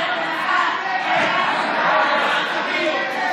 ההצעה להעביר את